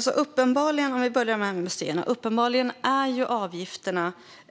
Fru talman! Vi kan börja med museerna. Uppenbarligen är